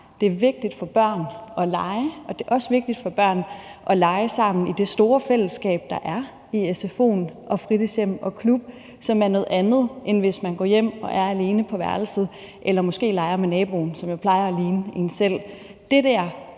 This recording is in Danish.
Det er vigtigt for børn at lege, og det er også vigtigt for børn at lege sammen i det store fællesskab, der er i sfo'en og på fritidshjemmet og i klubben, som er noget andet, end hvis man går hjem og er alene på værelset eller måske leger med naboen, som jo plejer at ligne en selv.